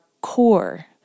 core